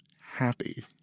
happy